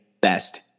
best